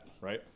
right